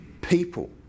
people